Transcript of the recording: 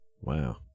Wow